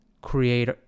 create